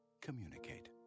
Communicate